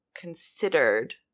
considered